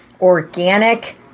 organic